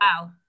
Wow